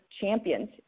champions